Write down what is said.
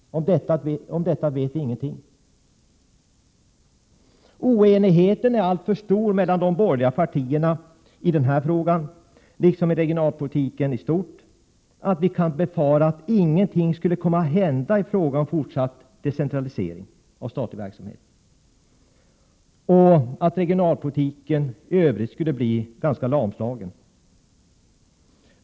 Om detta vet vi ingenting. Oenigheten är alltför stor mellan de borgerliga partierna i den här frågan, liksom i regionalpolitiken i stort. Vikan därför befara att ingenting skulle komma att hända i fråga om fortsatt decentralisering av statlig verksamhet och att regionalpolitiken i övrigt skulle bli ganska lamslagen.